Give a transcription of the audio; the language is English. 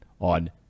on